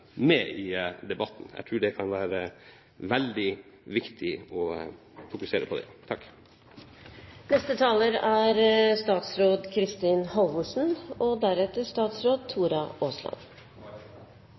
med i debatten. Jeg tror det kan være veldig viktig å fokusere på det. Det faktum at statsbudsjettet for 2011 er